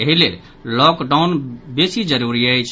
एहि लेल लॉकडाउन बेसी जरूरी अछि